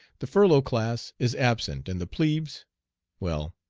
the furlough class is absent, and the plebes well,